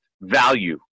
value